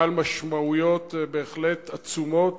בעל משמעויות בהחלט עצומות,